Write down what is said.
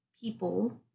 people